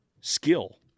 Skill